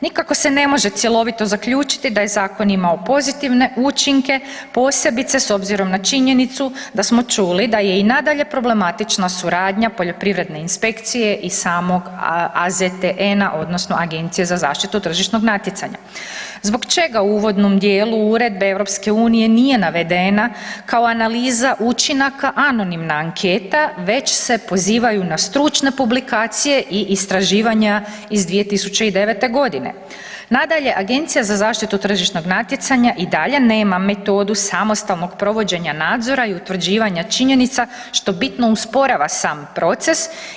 Nikako se ne može cjelovito zaključiti da je zakon imao pozitivne učinke, posebice s obzirom na činjenicu da smo čuli da je i nadalje problematična suradnja poljoprivredne inspekcije i samog AZTN-a odnosno Agencije za zaštitu tržišnog natjecanja, zbog čega u uvodnom dijelu Uredbe EU nije navedena kao analiza učinaka anonimna anketa već se pozivaju na stručne publikacije i istraživanja iz 2009.g. Nadalje, AZTN i dalje nema metodu samostalnog provođenja nadzora i utvrđivanja činjenica, što bitno usporava sam proces.